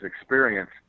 experience